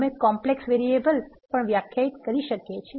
અમે complex variable પણ વ્યાખ્યાયિત કરી શકીએ છીએ